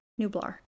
Nublar